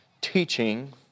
teaching